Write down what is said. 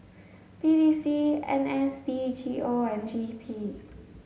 P T C N S D G O and G E P